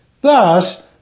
thus